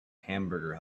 hamburger